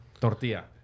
tortilla